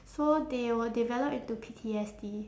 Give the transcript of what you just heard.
so they will develop into P_T_S_D